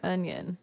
Onion